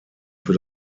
für